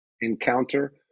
encounter